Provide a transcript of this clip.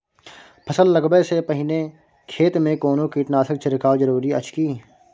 फसल लगबै से पहिने खेत मे कोनो कीटनासक छिरकाव जरूरी अछि की?